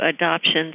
adoptions